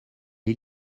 est